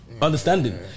understanding